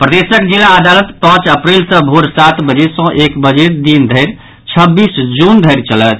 प्रदेशक जिला अदलत पांच अप्रैल सँ भोर सात बजे सँ एक बजे दिन धरि छब्बीस जून धरि चलत